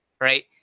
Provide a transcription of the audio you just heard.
right